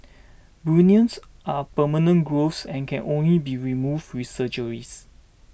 bunions are permanent growths and can only be removed with surgeries